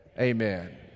amen